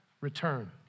return